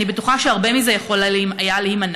אני בטוחה שהרבה מזה יכול היה להימנע.